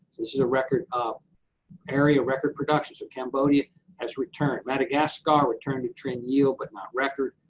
this is a record, um area record production, so cambodia has returned. madagascar, returned to trend yield, but not record.